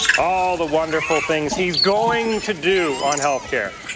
oh, the wonderful things he's going to do on health care.